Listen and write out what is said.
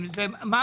הם לא